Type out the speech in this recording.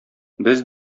без